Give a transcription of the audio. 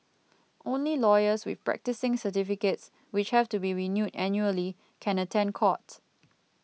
only lawyers with practising certificates which have to be renewed annually can attend court